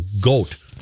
goat